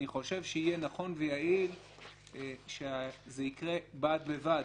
אני חושב שיהיה נכון ויעיל שזה יקרה בד בבד.